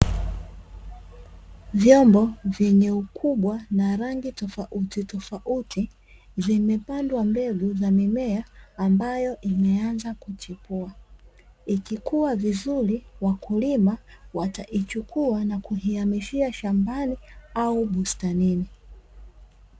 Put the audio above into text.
Vyombo vyenye ukubwa na rangi tofautitofauti zimepandwa mbegu za mimea ambayo imeanza kuchipua, ikikua vizuri wakulima wataichukua na kuihamishia shambani au bustanini.